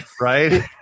Right